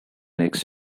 next